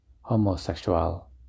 Homosexual